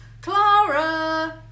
Clara